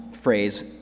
phrase